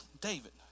David